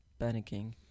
panicking